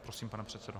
Prosím, pane předsedo.